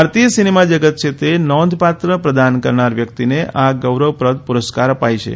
ભારતીય સિનેમાજગત ક્ષેત્રે નોંધપાત્ર પ્રદાન કરનાર વ્યક્તિને આ ગૌરવપ્રદ પુરસ્કાર અપાય છે